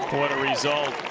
what a result.